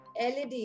LED